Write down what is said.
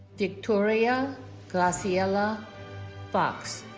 victoria graciela fox